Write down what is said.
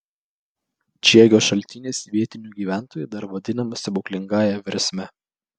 čiegio šaltinis vietinių gyventojų dar vadinamas stebuklingąja versme